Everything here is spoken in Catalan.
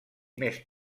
més